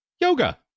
yoga